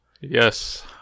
Yes